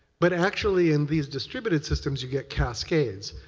but actually in these distributed systems you get cascades.